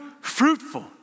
fruitful